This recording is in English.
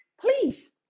Please